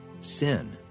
sin